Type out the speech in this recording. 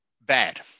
bad